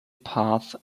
paths